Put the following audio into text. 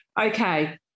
Okay